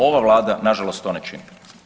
Ova vlada nažalost to ne čini.